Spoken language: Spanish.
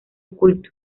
culto